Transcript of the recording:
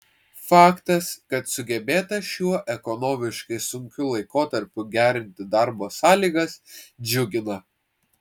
faktas kad sugebėta šiuo ekonomiškai sunkiu laikotarpiu gerinti darbo sąlygas džiugina